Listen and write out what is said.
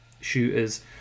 shooters